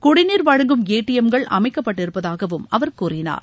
குடிநீர் வழங்கும் ஏடிஎம்கள் அமைக்கப்பட்டிருப்பதாகவும் அவர் கூறினார்